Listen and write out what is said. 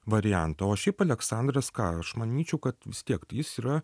variantą o šiaip aleksandras ką aš manyčiau kad vis tiek jis yra